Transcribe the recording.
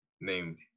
named